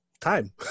time